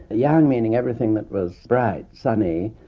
yang meaning everything that was bright, sunny,